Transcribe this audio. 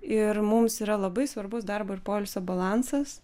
ir mums yra labai svarbus darbo ir poilsio balansas